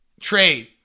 Trade